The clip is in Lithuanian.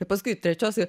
ir paskui trečios ir